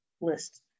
list